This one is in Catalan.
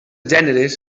gèneres